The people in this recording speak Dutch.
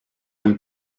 een